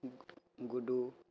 গুডু